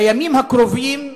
בימים הקרובים,